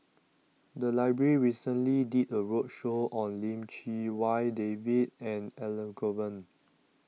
The Library recently did A roadshow on Lim Chee Wai David and Elangovan